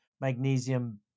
magnesium